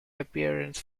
appearance